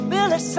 Billy